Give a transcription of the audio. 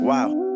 Wow